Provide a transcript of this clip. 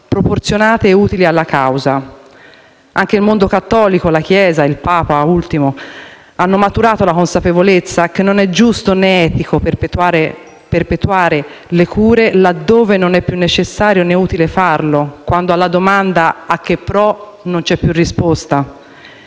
proporzionate e utili alla causa. Anche il mondo cattolico, la Chiesa e il Papa, recentemente, hanno maturato la consapevolezza che non è giusto né etico perpetuare cure laddove non è più necessario, né utile farlo, quando alla domanda «a che pro?» non c'è più risposta.